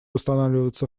устанавливаться